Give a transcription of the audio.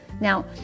Now